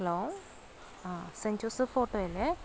hello ആ Saint Joseph auto അല്ലേ